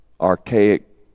archaic